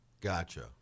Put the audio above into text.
gotcha